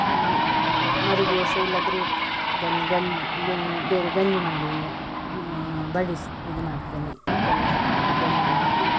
ಮರು ದಿವಸ ಇಲ್ಲಂದ್ರೆ ಅದನ್ನು ಗಂಜಿ ಬೇರೆ ಗಂಜಿ ಮಾಡಿ ಬಡಿಸಿ ಇದು ಮಾಡ್ತೇನೆ ಉಪ್ಪೆಲ್ಲ ಹಾಕಿ ಅದಕ್ಕೆ ಗಂಜಿ ಮಾಡಿ